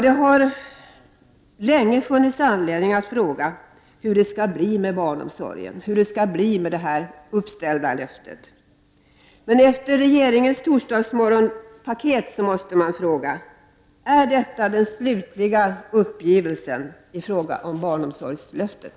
Det har länge funnits anledning att fråga hur det skall bli med barnomsorgen, med det uppställda löftet. Efter regeringens torsdagsmorgonpaket måste man fråga: Är detta den slutliga uppgivelsen i fråga om barnomsorgslöftet?